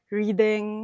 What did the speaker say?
reading